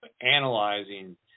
analyzing